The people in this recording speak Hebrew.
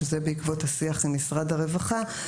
שזה בעקבות השיח עם משרד הרווחה.